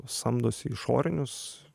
samdosi išorinius